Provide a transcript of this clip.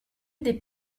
des